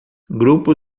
grupo